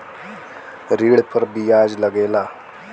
ऋण पर बियाज लगेला